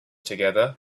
together